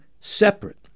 separate